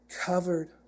covered